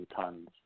tons